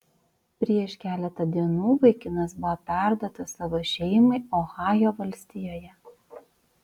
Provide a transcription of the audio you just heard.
prieš keletą dienų vaikinas buvo perduotas savo šeimai ohajo valstijoje